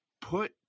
put